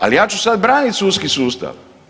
Ali, ja ću sad braniti sudski sustav.